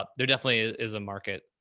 ah there definitely is a market.